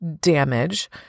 damage